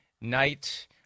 night